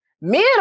men